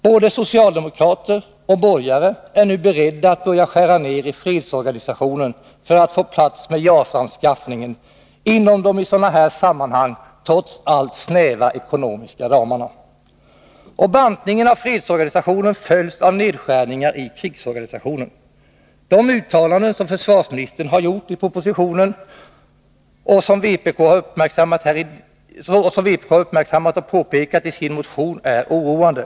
Både socialdemokrater och borgare är nu beredda att börja skära ner i fredsorganisationen för att få plats med JAS-anskaffningen inom de i sådana här sammanhang trots allt snäva ekonomiska ramarna. Och bantningen av fredsorganisationen följs av nedskärningar i krigsorganisationen. De uttalanden som försvarsministern har gjort i propositionen och som vpk uppmärksammat och påpekat i sin motion är oroande.